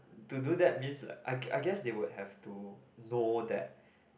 to do that means like I I guess they would have to know that